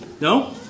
No